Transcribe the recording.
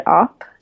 up